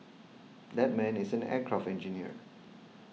that man is an aircraft engineer